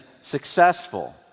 Successful